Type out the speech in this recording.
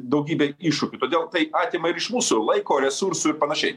daugybė iššūkių todėl tai atima ir iš mūsų laiko resursų ir panašiai